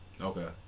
Okay